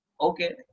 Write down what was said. okay